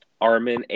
Armin